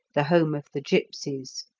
the home of the gipsies.